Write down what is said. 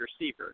receiver